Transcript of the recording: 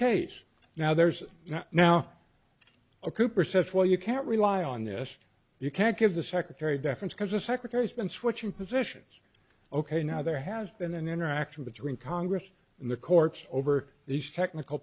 case now there's now a cooper said well you can't rely on this you can't give the secretary deference because the secretary has been switching positions ok now there has been an interaction between congress and the courts over these technical